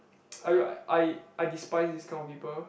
I I I despise this kind of people